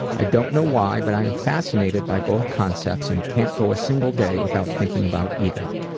i don't know why, but i am fascinated by both concepts and can't go a single day without thinking about either.